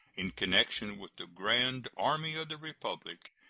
in connection with the grand army of the republic,